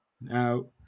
Now